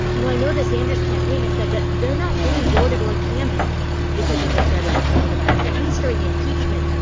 you know, i know the sanders campaign has said that they're not doing door-to-door canvassing because of the threat of the coronavirus. at least during impeachment,